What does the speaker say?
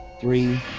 three